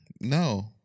No